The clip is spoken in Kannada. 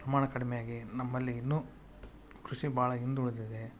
ಪ್ರಮಾಣ ಕಡಿಮೆ ಆಗಿ ನಮ್ಮಲ್ಲಿ ಇನ್ನು ಕೃಷಿ ಭಾಳ ಹಿಂದೆ ಉಳಿದಿದೆ